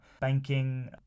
banking